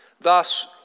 Thus